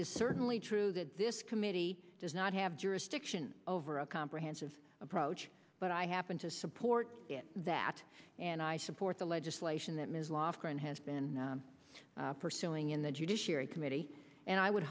is certainly true that this committee does not have jurisdiction over a comprehensive approach but i happen to support that and i support the legislation that ms lofgren has been pursuing in the judiciary committee and i would